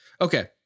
Okay